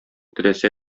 теләсә